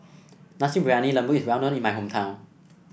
Nasi Briyani Lembu is well known in my hometown